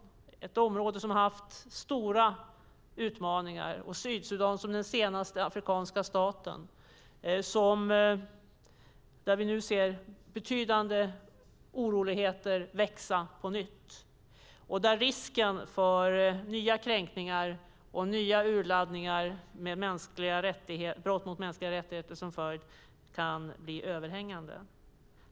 Det är ett område som har haft stora utmaningar. Sydsudan är den senaste afrikanska staten. Där ser vi nu betydande oroligheter växa. Risken för nya kränkningar och nya urladdningar med brott mot mänskliga rättigheter som följd är överhängande.